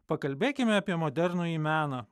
pakalbėkime apie modernųjį meną